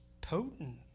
potent